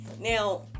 Now